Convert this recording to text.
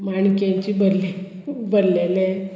माणक्यांची भरले भरलेले